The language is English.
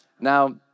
Now